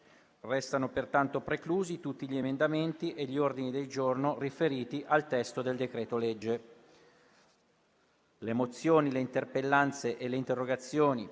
Risultano pertanto preclusi tutti gli emendamenti e gli ordini del giorno riferiti al testo del decreto-legge